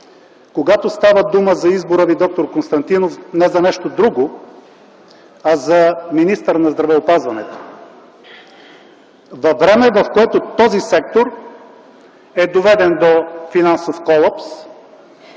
когато става дума за избора Ви, д-р Константинов, не за нещо друго, а за министър на здравеопазването. Във време, в което този сектор е доведен до финансов колапс,